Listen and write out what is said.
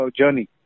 journey